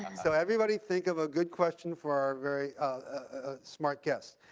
so everybody think of a good question for our very ah smart guests.